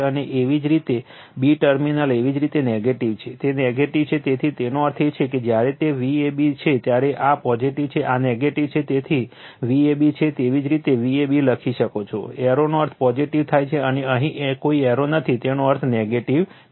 અને એવી જ રીતે b ટર્મિનલ એવી જ રીતે નેગેટિવ છે તે નેગેટિવ છે તેથી તેનો અર્થ એ કે જ્યારે તે Vab છે ત્યારે આ પોઝિટીવ છે આ નેગેટિવ છે તે Vab છે તેવી જ રીતે Vab લખી શકો છો એરોનો અર્થ પોઝિટીવ થાય છે અને અહીં કોઈ એરો નથી તેનો અર્થ નેગેટિવ છે